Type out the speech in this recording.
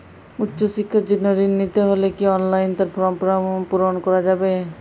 উচ্চশিক্ষার জন্য ঋণ নিতে হলে কি অনলাইনে তার ফর্ম পূরণ করা যাবে?